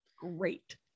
Great